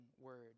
word